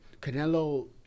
Canelo